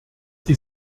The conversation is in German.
die